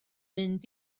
mynd